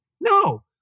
No